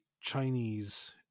Chinese